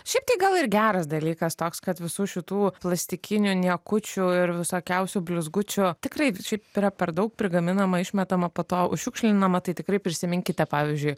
šiaip tai gal ir geras dalykas toks kad visų šitų plastikinių niekučių ir visokiausių blizgučių tikrai šiaip yra per daug prigaminama išmetama po to užšiukšlindama tai tikrai prisiminkite pavyzdžiui